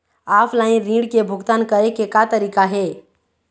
Offline ऋण के भुगतान करे के का तरीका हे?